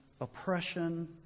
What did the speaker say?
oppression